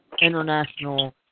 international